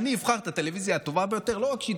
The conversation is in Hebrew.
אני אבחר את הטלוויזיה הטובה ביותר.